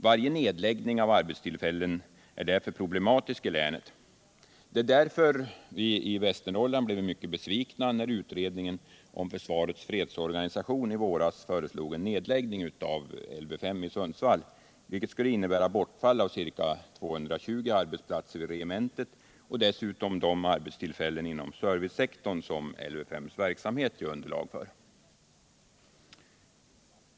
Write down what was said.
Varje nedläggning av arbetstillfällen är därför problematisk, och vi blev i vårt län mycket besvikna när utredningen om försvarets fredsorganisation i våras föreslog nedläggning av Lv 5 i Sundsvall, vilket skulle innebära bortfall av ca 220 arbetsplatser vid regementet och dessutom av de arbetsplatser inom servicesektorn som Lv 5:s verksamhet ger underlag för.